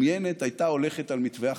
המדומיינת הייתה הולכת על מתווה החל'ת,